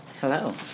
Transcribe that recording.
Hello